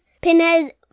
pinhead